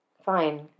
fine